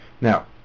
Now